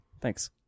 thanks